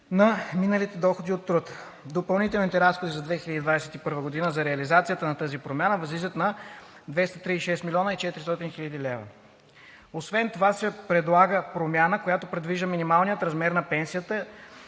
на миналите доходи от труд. Допълнителните разходи за 2021 г. за реализацията на тази промяна възлизат на 236 400,0 хил. лв. Освен това се предлага промяна, която предвижда минималният размер на пенсията